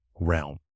realm